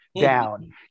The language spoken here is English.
down